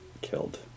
killed